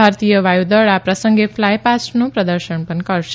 ભારતીય વાયુદળ આ પ્રસંગે ફ્લાય પાસ્ટનું પ્રદર્શન પણ કરશે